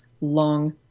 long